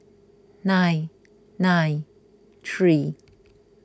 nine nine three